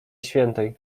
świętej